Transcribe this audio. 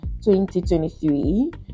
2023